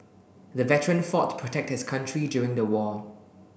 the veteran fought to protect his country during the war